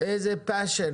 איזה תשוקה.